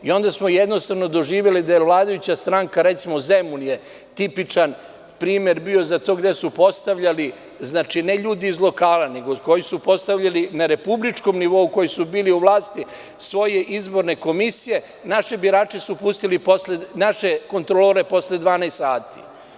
Onda smo jednostavno doživeli da vladajuća stranka, recimo Zemun je tipičan primer bio za to gde su postavljali, znači, ne ljudi iz lokala, nego koji su postavljali na Republičkom nivou, koji su bili u vlasti svoje izborne komisije, naši birači su pustili posle naše kontrole, posle 12 sati.